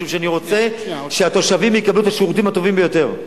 משום שאני רוצה שהתושבים יקבלו את השירותים הטובים ביותר,